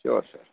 sure sir